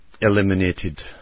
eliminated